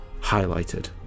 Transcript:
highlighted